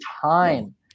time